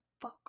fuck